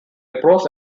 prose